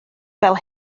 fel